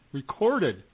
recorded